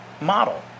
model